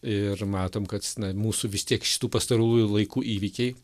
ir matom kad na mūsų vis tiek šitų pastarųjų laikų įvykiai